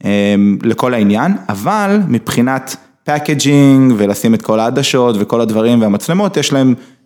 לכל העניין, אבל מבחינת פאקג'ינג ולשים את כל העדשות וכל הדברים והמצלמות יש להם.